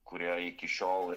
kurie iki šiol